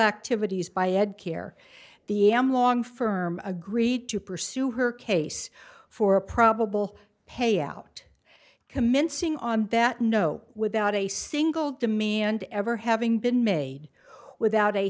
activities by ed care the am long firm agreed to pursue her case for a probable payout commencing on that no without a single demand ever having been made without a